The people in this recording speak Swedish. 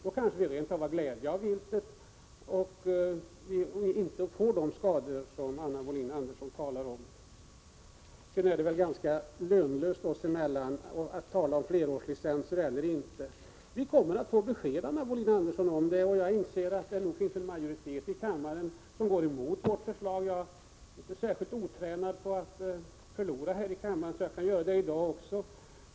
Då kanske vi rent av får glädje av viltet och slipper de skador som Anna Wohlin-Andersson talar om. Till slut vill jag säga att det väl är ganska meningslöst att vi här diskuterar frågan om flerårslicenser. Vi kommer, Anna Wohlin-Andersson, att få besked om detta. Jag inser nu att det finns en majoritet här i kammaren som går emot vårt förslag. Jag är inte särskilt otränad när det gäller att förlora omröstningar här i kammaren, och jag kan göra det också i dag.